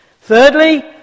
Thirdly